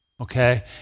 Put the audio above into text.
Okay